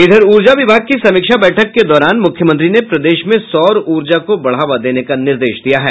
इधर ऊर्जा विभाग की समीक्षा बैठक दौरान मुख्यमंत्री ने प्रदेश में सौर ऊर्जा को बढ़ावा देने का निर्देश दिया है